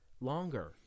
Longer